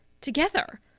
together